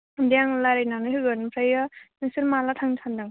दे आं रायलायनानै होगोन ओमफ्राय नोंसोर माला थांनो सान्दों